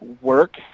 work